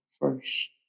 First